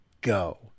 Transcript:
Go